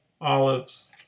olives